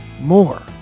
more